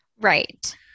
Right